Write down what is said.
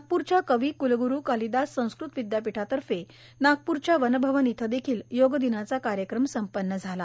नागप्रच्या कवी क्लग्रू कालिदास संस्कृत विदयापीठातर्फे नागप्रच्या वनभवन इथं देखील योग दिनाचा कार्यक्रम संपन्न झाला